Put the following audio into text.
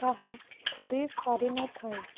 ତାହା କରି ପାରି ନଥାଏ